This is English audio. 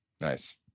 Nice